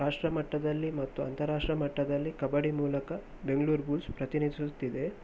ರಾಷ್ಟ್ರ ಮಟ್ಟದಲ್ಲಿ ಮತ್ತು ಅಂತರ್ ರಾಷ್ಟ್ರ ಮಟ್ಟದಲ್ಲಿ ಕಬಡ್ಡಿ ಮೂಲಕ ಬೆಂಗ್ಳೂರು ಬುಲ್ಸ್ ಪ್ರತಿನಿಧಿಸುತ್ತಿದೆ